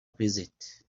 visit